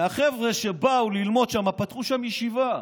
מהחבר'ה שבאו ללמוד שם, פתחו שם ישיבה.